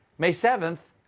may seven,